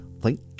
Thank